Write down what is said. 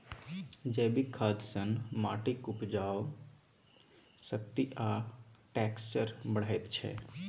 जैबिक खाद सँ माटिक उपजाउ शक्ति आ टैक्सचर बढ़ैत छै